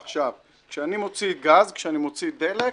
עכשיו, כשאני מוציא גז, כשאני מוציא דלק,